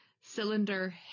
cylinder